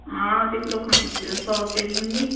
हा अधि किलो खणी अचिजोसि सौ रुपये जी हूंदी